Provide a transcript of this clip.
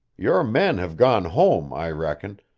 your men have gone home, i reckon,